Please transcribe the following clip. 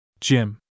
Jim